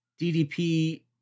ddp